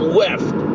left